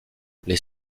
les